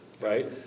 Right